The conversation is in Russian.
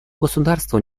государству